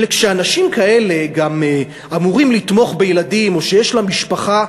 כשאנשים כאלה גם אמורים לתמוך בילדים או שיש להם משפחה,